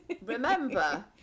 remember